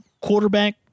quarterback